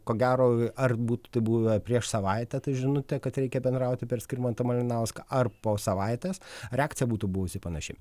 ko gero ar būtų tai buvę prieš savaitę ta žinutė kad reikia bendrauti per skirmantą malinauską ar po savaitės reakcija būtų buvusi panaši